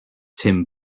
tim